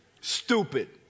Stupid